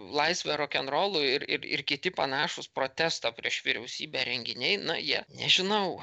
laisvę rokenrolui ir ir ir kiti panašūs protestą prieš vyriausybę renginiai na jie nežinau